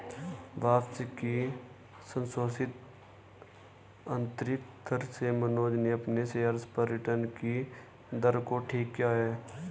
वापसी की संशोधित आंतरिक दर से मनोज ने अपने शेयर्स पर रिटर्न कि दर को ठीक किया है